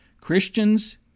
Christians